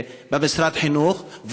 במשרד החינוך,